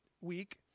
week